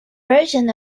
version